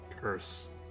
curse